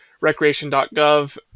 Recreation.gov